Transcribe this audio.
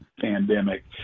pandemic